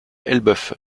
elbeuf